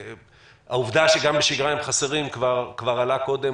העובדה שגם בשגרה הם חסרים כבר עלה קודם,